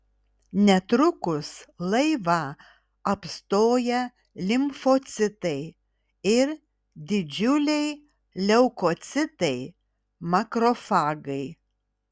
netrukus laivą apstoja limfocitai ir didžiuliai leukocitai makrofagai